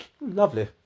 lovely